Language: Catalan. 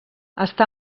està